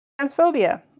Transphobia